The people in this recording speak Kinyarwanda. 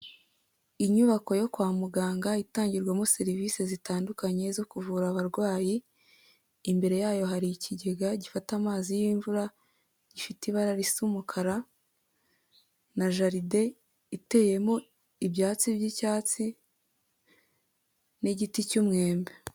Inyubako yo kwa muganga itangirwamo serivisi zitandukanye zo kuvura abarwayi, imbere yayo hari ikigega gifata amazi y'imvura, gifite ibara risa umukara na jaride iteyemo ibyatsi by'icyatsi n'igiti cy'umwembe.